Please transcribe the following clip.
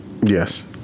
Yes